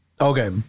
Okay